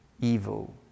evil